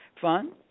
Fun